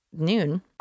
Noon